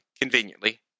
conveniently